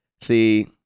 See